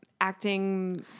acting